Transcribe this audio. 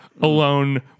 Alone